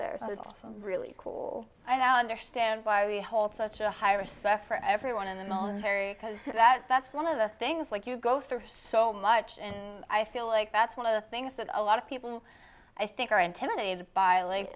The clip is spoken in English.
there so it's a really cool i now understand why we hold such a high respect for everyone in the halls because that's one of the things like you go through so much and i feel like that's one of the things that a lot of people i think are intimidated by like